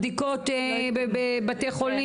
הנפשות הפועלות המרכזיות במרכז החשוב,